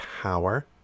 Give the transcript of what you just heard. power